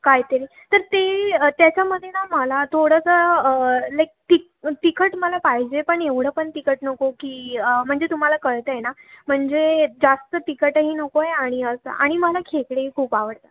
काहीतरी तर ते त्याचामध्ये ना मला थोडंसं लाईक तिक तिखट मला पाहिजे पण एवढं पण तिखट नको की म्हणजे तुम्हाला कळतंय ना म्हणजे जास्त तिकटही नको आहे आणि असं आणि मला खेकडे खूप आवडतात